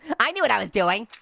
i knew what i was doing.